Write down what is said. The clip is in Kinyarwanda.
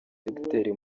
dogiteri